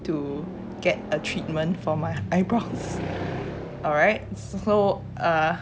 to get a treatment for my eyebrows alright so ah